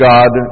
God